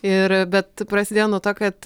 ir bet prasidėjo nuo to kad